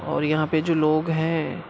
اور یہاں پہ جو لوگ ہیں